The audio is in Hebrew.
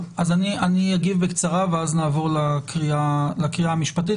אני אגיב בקצרה ואז נעבור לקריאה המשפטית.